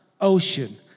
ocean